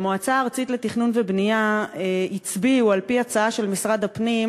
במועצה הארצית לתכנון ובנייה הצביעו על-פי הצעה של משרד הפנים